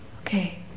Okay